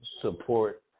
support